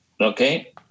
Okay